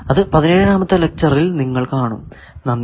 അത് പതിനേഴാമത്തെ ലെക്ച്ചറിൽ നിങ്ങൾ കാണും നന്ദി